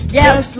yes